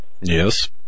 Yes